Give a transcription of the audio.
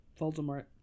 voldemort